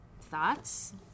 thoughts